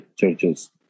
churches